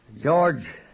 George